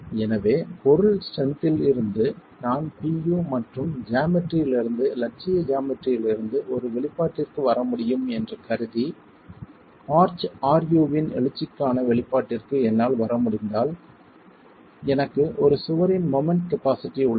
எனவே பொருள் ஸ்ட்ரென்த் இல் இருந்து நான் Pu மற்றும் ஜாமெட்ரியில் இருந்து இலட்சிய ஜாமெட்ரியில் இருந்து ஒரு வெளிப்பாட்டிற்கு வர முடியும் என்று கருதி ஆர்ச் ru வின் எழுச்சிக்கான வெளிப்பாட்டிற்கு என்னால் வர முடிந்தால் எனக்கு ஒரு சுவரின் மொமெண்ட் கபாஸிட்டி உள்ளது